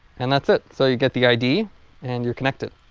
and that's it so you get the id and you're connected.